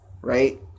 right